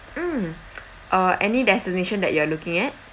mm uh any destination that you are looking at